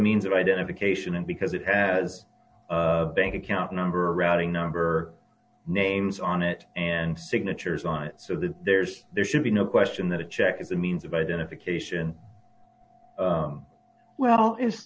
means of identification and because it has bank account number routing number names on it and signatures on it so there's there should be no question that a check is the means of identification well i